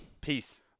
Peace